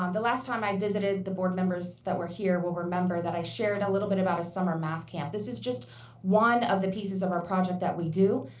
um the last time i visited the board members that were here will remember that i shared a little bit about a summer math camp. this is just one of the pieces of our project that we do,